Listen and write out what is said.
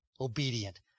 obedient